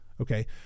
Okay